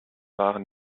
waren